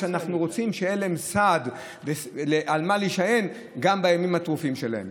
שאנחנו רוצים שיהיה להם סעד ועל מה להישען גם בימים הטרופים שלהם.